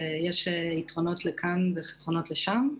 יש יתרונות לכאן וחסרונות לשם.